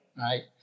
right